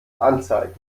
anzeigen